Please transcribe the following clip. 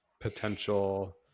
potential